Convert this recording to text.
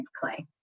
clay